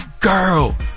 girl